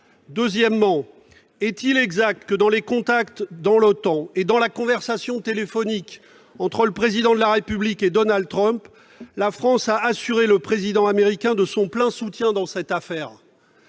Deuxièmement, est-il exact que, dans les contacts au sein de l'OTAN et dans la conversation téléphonique entre le Président de la République et Donald Trump, la France ait assuré le président américain de son plein soutien dans cette affaire ?